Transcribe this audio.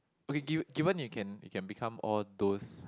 okay give given you can you can become all those